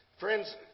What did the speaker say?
Friends